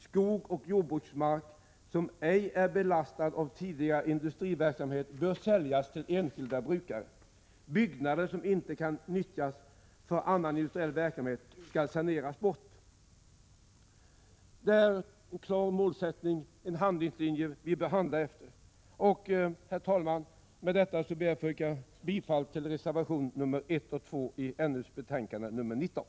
Skog och jordbruksmark som ej är belastad av tidigare industriverksamhet bör säljas till enskilda brukare. Byggnader som inte kan nyttjas för annan industriell verksamhet skall saneras bort.” Detta är en klar målsättning, en linje som vi bör handla efter. Herr talman! Med detta ber jag att få yrka bifall till reservationerna 1 och 2 i NU:s betänkande 19.